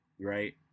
right